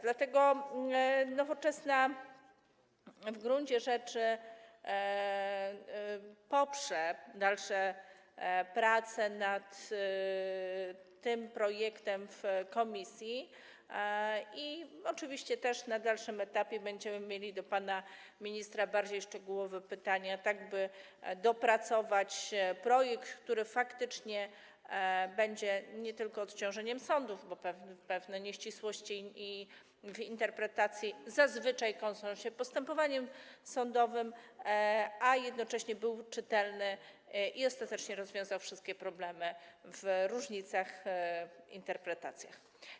Dlatego Nowoczesna w gruncie rzeczy poprze dalsze prace nad tym projektem w komisji i oczywiście też na dalszym etapie będziemy mieli do pana ministra bardziej szczegółowe pytania, tak by dopracować projekt, który faktycznie nie tylko będzie odciążeniem sądów, bo pewne nieścisłości w interpretacji zazwyczaj kończą się postępowaniem sądowym, ale także jednocześnie będzie czytelny i ostatecznie rozwiąże wszystkie problemy dotyczące różnic w interpretacjach.